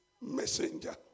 messenger